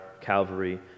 Calvary